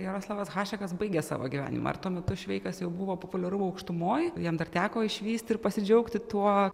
jaroslavas hašekas baigė savo gyvenimą ar tuo metu šveikas jau buvo populiarumo aukštumoj jam dar teko išvysti ir pasidžiaugti tuo